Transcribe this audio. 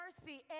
mercy